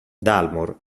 dalmor